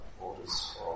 orders